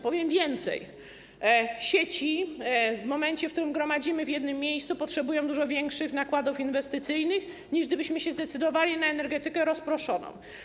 Powiem więcej: sieci w momencie, w którym gromadzimy je w jednym miejscu, potrzebują dużo większych nakładów inwestycyjnych, niż gdybyśmy zdecydowali się na energetykę rozproszoną.